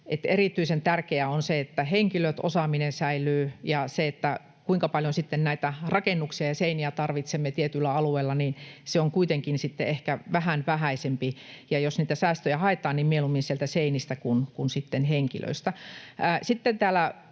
erityisen tärkeää on se, että henkilöt ja osaaminen säilyvät, ja se, kuinka paljon sitten näitä rakennuksia ja seiniä tarvitsemme tietyllä alueella, on kuitenkin sitten ehkä vähän vähäisempi. Ja jos niitä säästöjä haetaan, niin mieluummin sieltä seinistä kuin henkilöistä.